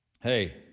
hey